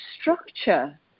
structure